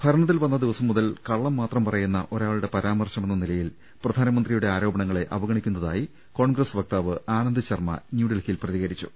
ഭര ണത്തിൽ വന്ന ദിവസം മുതൽ കള്ളം മാത്രം പറയുന്ന ഒരാളുടെ പരാ മർശമെന്ന നിലയിൽ പ്രധാനമന്ത്രിയുടെ ആരോപണങ്ങളെ അവഗണിക്കു ന്നതായി കോൺഗ്രസ് വക്താവ് ആനന്ദ്ശർമ്മ ന്യൂഡൽഹിയിൽ പ്രതികരി ച്ചു